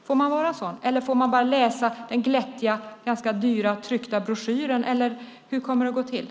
Får man göra det, eller får man bara läsa den glättiga ganska dyra tryckta broschyren, eller hur kommer det att gå till?